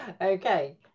Okay